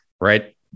right